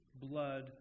blood